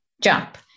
jump